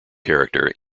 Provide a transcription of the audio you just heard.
character